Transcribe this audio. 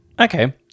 Okay